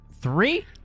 Three